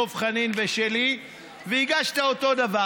דב חנין ושלי והגשת אותו דבר.